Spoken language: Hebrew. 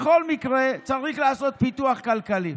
בכל מקרה, צריך לעשות פיתוח כלכלי.